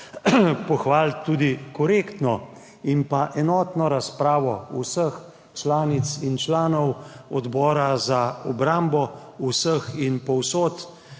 pohvaliti tudi korektno in enotno razpravo vseh članic in članov Odbora za obrambo, vseh in povsod